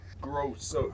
gross